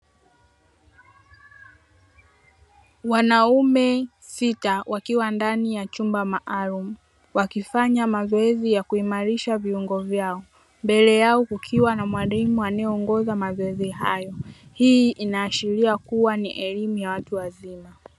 Wanaume sita wakiwa ndani ya chumba maalumu wakifanya mazoezi ya kuimarisha viungo vyao mbele yao, kukiwa na mwalimu anaeongoza mazoezi hayo hii inahashiria kua ni elimu ya watu wazima.